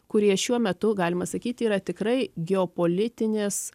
kurie šiuo metu galima sakyti yra tikrai geopolitinis